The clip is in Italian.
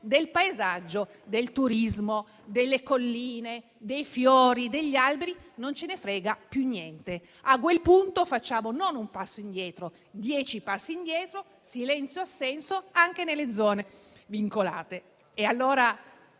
del paesaggio, del turismo, delle colline, dei fiori e degli alberi non ce ne frega più niente. A quel punto facciamo non uno ma dieci passi indietro: silenzio assenso anche nelle zone vincolate. Mi sembra